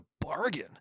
bargain